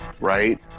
right